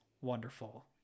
wonderful